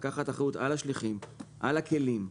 לקחת אחריות על השליחים ועל הכלים.